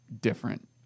different